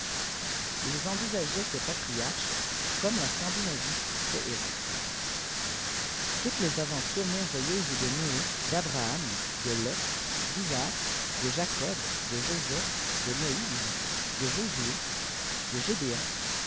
il envisageait ses patriarches comme la scandinavie ses héros toutes les aventures merveilleuses de noé d'abraham de loth d'isaac de jacob de joseph de moïse de josué de